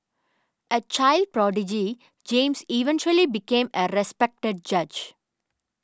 a child prodigy James eventually became a respected judge